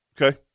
Okay